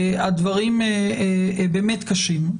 הדברים באמת קשים.